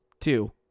Two